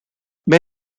may